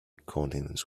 continents